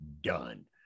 done